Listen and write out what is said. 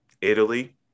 Italy